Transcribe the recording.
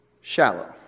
Shallow